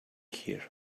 here